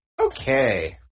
Okay